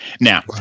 Now